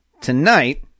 Tonight